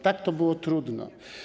Takie to było trudne.